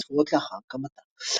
שנים ספורות לאחר הקמתה.